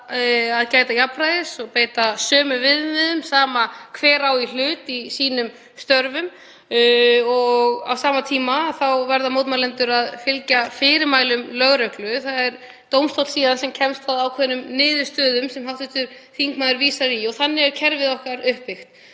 að gæta jafnræðis og beita sömu viðmiðum, sama hver á í hlut, í störfum sínum. Á sama tíma verða mótmælendur að fylgja fyrirmælum lögreglu. Það er síðan dómstóll sem kemst að ákveðinni niðurstöðu, sem hv. þingmaður vísar í, og þannig er kerfið okkar uppbyggt.